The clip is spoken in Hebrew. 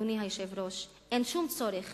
אדוני היושב-ראש, אין שום צורך